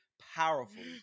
powerful